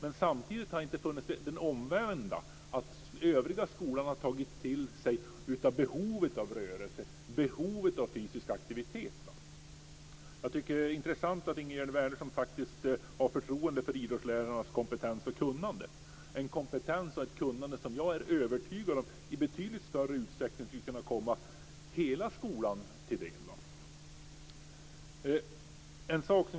Men samtidigt har vi inte sett det omvända, dvs. att övriga skolan har tagit till sig behovet av rörelse och fysisk aktivitet. Jag tycker att det är intressant att Ingegerd Wärnersson har förtroende för idrottslärarnas kompetens och kunnande - en kompetens och ett kunnande som jag är övertygad om i betydligt större utsträckning skulle kunna komma hela skolan till del.